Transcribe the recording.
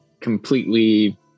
completely